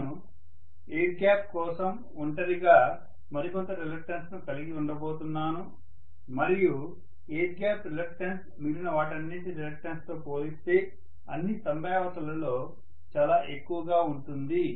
నేను air gap కోసం ఒంటరిగా మరికొంత రిలక్టన్స్ కలిగి ఉండబోతున్నాను మరియు ఎయిర్ గ్యాప్ రిలక్టన్స్ మిగిలిన వాటన్నింటి రిలక్టన్స్ తో పోలిస్తే అన్ని సంభావ్యతలలో చాలా ఎక్కువగా ఉంటుంది